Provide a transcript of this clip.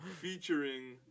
Featuring